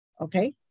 okay